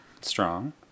strong